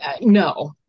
No